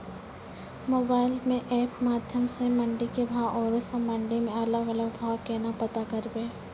Mobile म app के माध्यम सऽ मंडी के भाव औरो सब मंडी के अलग अलग भाव केना पता करबै?